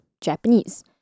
Japanese